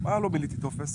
מה לא מילאתי טופס?